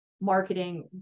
marketing